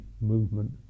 movement